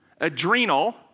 adrenal